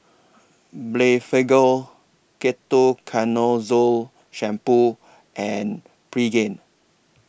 Blephagel Ketoconazole Shampoo and Pregain